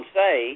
say